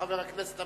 חבר הכנסת אלדד,